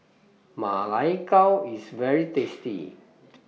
Ma Lai Gao IS very tasty